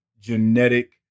genetic